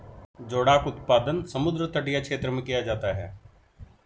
जोडाक उत्पादन समुद्र तटीय क्षेत्र में किया जाता है